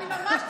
אני ממש,